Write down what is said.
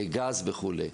גז וכו'.